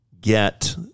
get